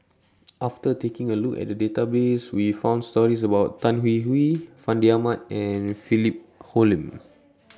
after taking A Look At The Database We found stories about Tan Hwee Hwee Fandi Ahmad and Philip Hoalim